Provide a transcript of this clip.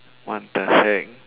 what the heck